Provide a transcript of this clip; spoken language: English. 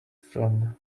from